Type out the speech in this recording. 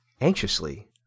Anxiously